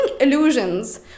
illusions